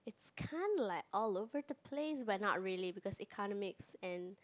it's kind of like all over the place but not really because economics and